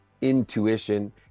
intuition